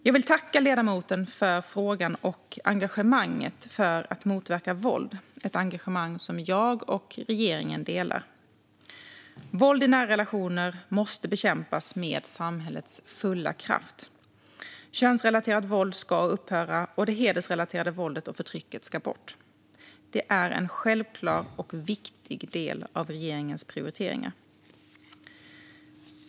Jag vill tacka ledamoten för frågan och engagemanget för att motverka våld, ett engagemang jag och regeringen delar. Våld i nära relationer måste bekämpas med samhällets fulla kraft. Könsrelaterat våld ska upphöra, och det hedersrelaterade våldet och förtrycket ska bort. Det är en självklar och viktig del av regeringens prioriteringar.